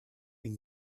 been